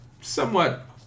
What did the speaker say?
somewhat